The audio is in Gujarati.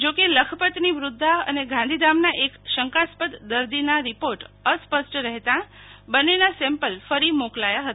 જો કે લખપતની વૃધ્ધા અને ગાંધીધામના એક શંકાસ્પદ દર્દીના રીપોર્ટ અસ્પષ્ટ રહેતા બજ્જેના સેમ્પલ ફરી મોકલાયા હતા